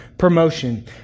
promotion